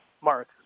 Mark